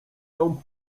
się